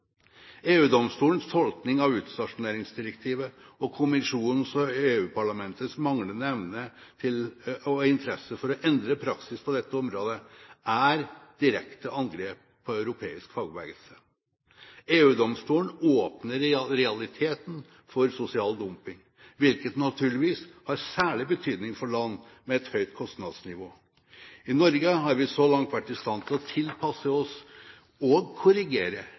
tolkning av utstasjoneringsdirektivet og kommisjonens og EU-parlamentets manglende evne og interesse for å endre praksis på dette området er et direkte angrep på europeisk fagbevegelse. EU-domstolen åpner i realiteten for sosial dumping, hvilket naturligvis har særlig betydning for land med et høyt kostnadsnivå. I Norge har vi så langt vært i stand til å tilpasse oss og korrigere